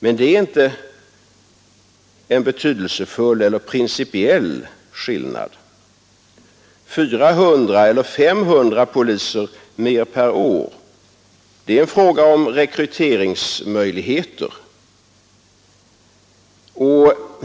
Men det är inte en betydelsefull eller principiell skillnad. 400 eller 500 poliser mer per år — det är en fråga om rekryteringsmöjligheter.